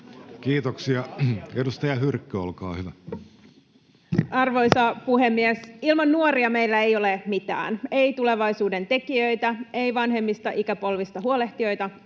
Time: 14:15 Content: Arvoisa puhemies! Ilman nuoria meillä ei ole mitään, ei tulevaisuuden tekijöitä, ei vanhemmista ikäpolvista huolehtijoita,